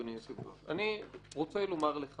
אדוני היושב ראש: אני רוצה לומר לך